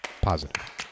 positive